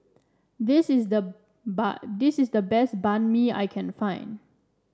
this is the this is the best Banh Mi I can find